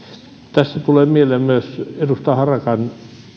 tässä tulee mieleen myös edustaja harakan